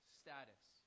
status